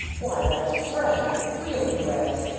why that's bread real bread!